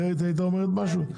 אחרת היא הייתה אומרת משהו?